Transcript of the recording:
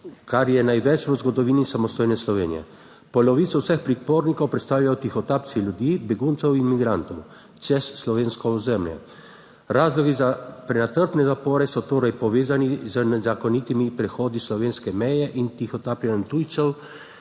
kar je največ v zgodovini samostojne Slovenije. Polovico vseh pripornikov predstavljajo tihotapci ljudi, beguncev in migrantov čez slovensko ozemlje. Razlogi za prenatrpane zapore so torej povezani z nezakonitimi prehodi slovenske meje in tihotapljenjem tujcev,